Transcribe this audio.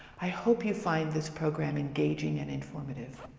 i hope you find this program engaging and informative.